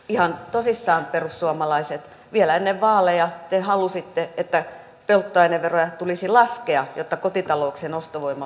ihan tosissaan perussuomalaiset vielä ennen vaaleja te halusitte että polttoaineveroja tulisi laskea jotta kotitalouksien ostovoimaa voidaan parantaa